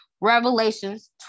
Revelations